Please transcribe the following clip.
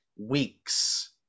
weeks